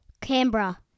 Canberra